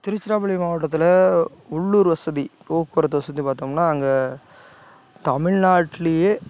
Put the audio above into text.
திருச்சிராப்பள்ளி மாவட்டத்தில் உள்ளூர் வசதி போக்குவரத்து வசதி பார்த்தோம்னா அங்கே தமிழ் நாட்லேயே